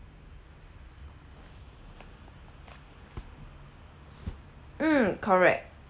mm correct